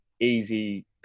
easy